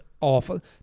awful